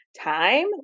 time